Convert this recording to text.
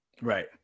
Right